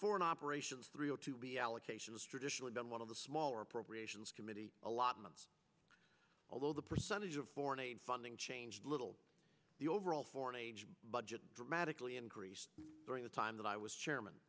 foreign operations three zero two reallocation is traditionally been one of the smaller appropriations committee allotments although the percentage of foreign aid funding changed little the overall foreign aged budget dramatically increased during the time that i was chairman